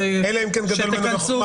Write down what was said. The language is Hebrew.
אלא אם כן ---,